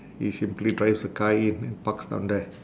he simply drives the car in and parks down there